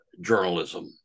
journalism